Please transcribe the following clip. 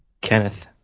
Kenneth